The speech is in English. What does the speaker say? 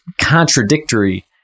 contradictory